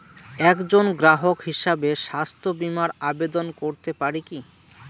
একজন গ্রাহক হিসাবে স্বাস্থ্য বিমার আবেদন করতে পারি কি?